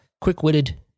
quick-witted